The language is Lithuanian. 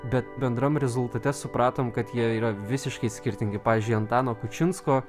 bet bendram rezultate supratom kad jie yra visiškai skirtingi pavyzdžiui antano kučinsko